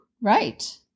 Right